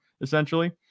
essentially